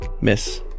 Miss